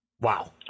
Wow